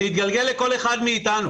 זה יתגלגל לכל אחד מאתנו.